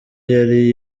yari